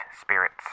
spirits